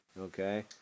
okay